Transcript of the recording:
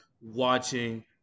watching